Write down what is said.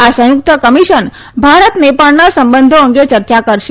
આ સંયુક્ત કમિશન ભારત નેપાળના સંબંધો અંગે ચર્ચા કરાશે